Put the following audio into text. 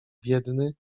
biedny